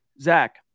Zach